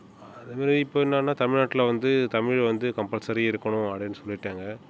அதமாரி இப்போ என்னான்னா தமிழ்நாட்டில வந்து தமிழ் வந்து கம்பல்சரி இருக்கணும் அப்படின்னு சொல்லிவிட்டாங்க